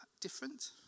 different